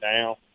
now